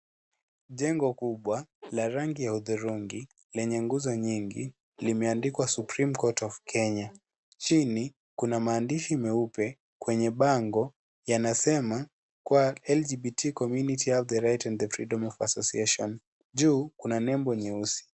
Jengo kubwa la rangi ya hudhurungi lenye nguza nyingi imeandikwa supreme court of Kenya, chini kuna maandishi meupe kwenye bango yanasema kuwa (CS)LGBT community have the right and the freedom of association(CS), juu kuna nembo nyeusi.